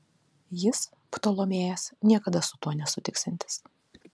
jis ptolemėjas niekada su tuo nesutiksiantis